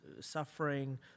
suffering